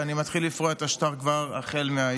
ואני מתחיל לפרוע את השטר כבר מהיום.